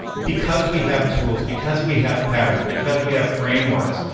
because we have tools, because we have patterns, because we have frameworks,